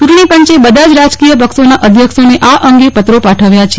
ચૂંટણી પંચે બધા જ રાજકીય પક્ષોના અધ્યક્ષોને આ અંગે પત્રો પાઠવ્યા છે